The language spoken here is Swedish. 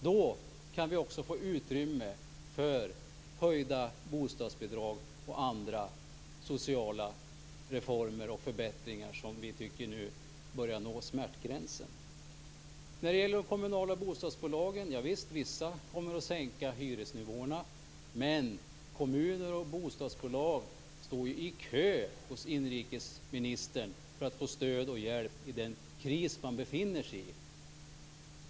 Därför kan vi också få utrymme för höjda bostadsbidrag och andra sociala reformer och förbättringar på områden där vi tycker att man nu börjar nå smärtgränsen. Vissa av de kommunala bostadsbolagen kommer att sänka hyresnivåerna. Men kommuner och bostadsbolag står ju i kö hos inrikesministern för att få stöd och hjälp i den kris de befinner sig i.